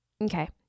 okay